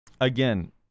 again